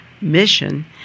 Mission